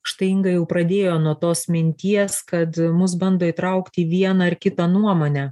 štai inga jau pradėjo nuo tos minties kad mus bando įtraukti į vieną ar kitą nuomonę